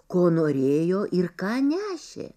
ko norėjo ir ką nešė